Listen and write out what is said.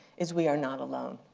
is we are not alone.